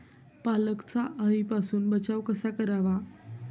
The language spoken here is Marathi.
पालकचा अळीपासून बचाव कसा करावा?